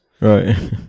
Right